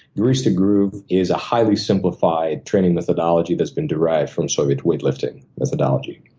grease the groove is a highly simplified training methodology that's been derived from soviet weightlifting methodology.